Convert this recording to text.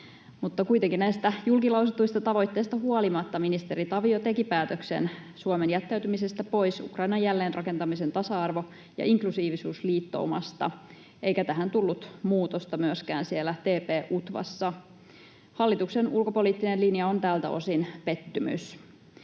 kuitenkin näistä julkilausutuista tavoitteista huolimatta ministeri Tavio teki päätöksen Suomen jättäytymisestä pois Ukrainan jälleenrakentamisen tasa-arvo- ja inklusiivisuusliittoumasta, eikä tähän tullut muutosta myöskään siellä TP-UTVAssa. Hallituksen ulkopoliittinen linja on tältä osin pettymys.